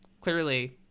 clearly